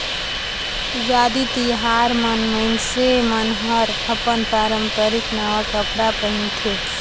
उगादी तिहार मन मइनसे मन हर अपन पारंपरिक नवा कपड़ा पहिनथे